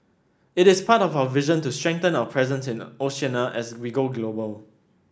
it is part of our vision to strengthen our presence in Oceania as we go global